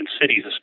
cities